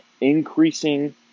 increasing